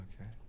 Okay